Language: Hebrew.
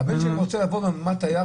איך הוועדה תקבל את התשובות,